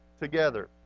together